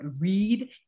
read